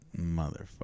Motherfucker